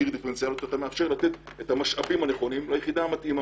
דפרנציאליות אתה מאפשר לתת את המשאבים הנכונים ליחידה המתאימה.